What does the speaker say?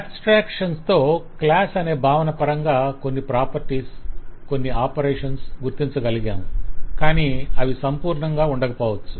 abstraction తో class అనే భావన పరంగా కొన్ని ప్రాపర్టీస్ కొన్ని ఆపరేషన్స్ గుర్తించగలిగాము కానీ అవి సంపూర్ణంగా ఉండకపోవచ్చు